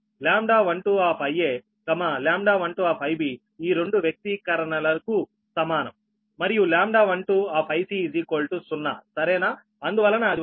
λ12 λ12 ఈ రెండు వ్యక్తీకరణలకు సమానం మరియు λ12 0 సరేనా అందువలన అది వచ్చి 120